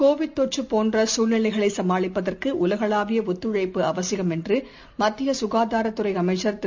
Covid தொற்றுபோன்றசூழ்நிலைகளைசமாளிப்பதற்குஉலகளாவியஒத்துழைப்பு அவசியம் என்றுமத்தியசுகாதாரத் துறைஅமைச்சர் திரு